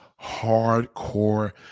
hardcore